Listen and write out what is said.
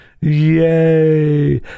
yay